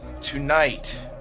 Tonight